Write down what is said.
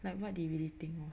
like what they really think of